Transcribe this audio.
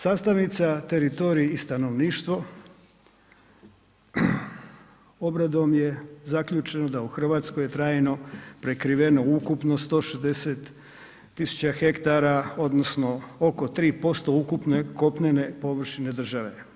Sastavnica teritorij i stanovništvo obradom je zaključeno da u Hrvatskoj je trajno prekriveno ukupno 160.000 hektara odnosno oko 3% ukupne kopnene površine države.